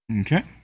Okay